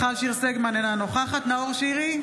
בעד מיכל שיר סגמן, אינה נוכחת נאור שירי,